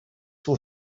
will